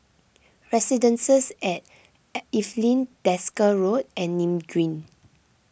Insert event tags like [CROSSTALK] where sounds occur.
[NOISE] Residences at Evelyn Desker Road and Nim Green